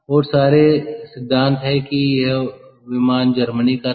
बहुत सारे सिद्धांत हैं कि यह विमान जर्मनी का था